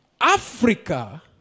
Africa